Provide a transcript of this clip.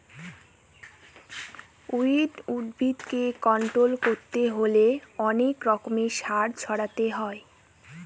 weed উদ্ভিদকে control করতে হলে অনেক রকমের সার ছড়াতে হয়